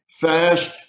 Fast